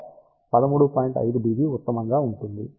5 dB ఉత్తమంగా ఉంటుంది